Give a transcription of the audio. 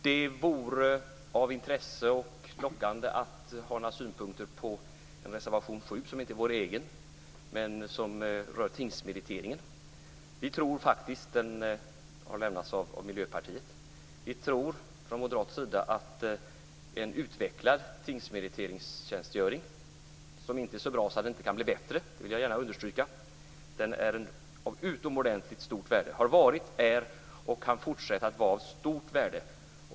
Det vore intressant och lockande att ge några synpunkter på reservation 7, som inte är vår egen. Den rör tingsmeriteringen, och den har avgetts av Miljöpartiet. Vi moderater tror att en utvecklad tingsmeriteringstjänstgöring är av utomordentligt stort värde. Den har varit, är och kan fortsätta att vara av stort värde. Jag vill gärna understryka att den inte är så bra att den inte kan bli bättre.